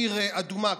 עיר אדומה,